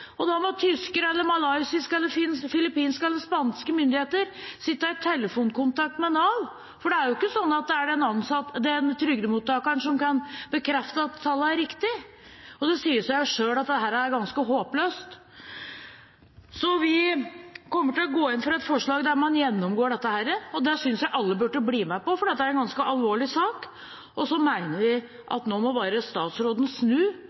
og da må tyske, malaysiske, filippinske eller spanske myndigheter sitte i telefonkontakt med Nav. For det er jo ikke sånn at det er trygdemottakeren som kan bekrefte at tallet er riktig. Det sier seg selv at dette er ganske håpløst. Vi kommer til å gå inn for et forslag der man gjennomgår dette, og det synes jeg alle burde bli med på, for dette er en ganske alvorlig sak. Vi mener at nå må statsråden snu